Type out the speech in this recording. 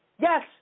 Yes